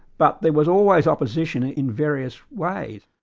but there was always opposition ah in various ways.